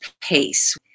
pace